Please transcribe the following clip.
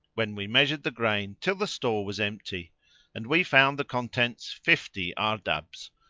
when we measured the grain till the store was empty and we found the contents fifty ardabbs,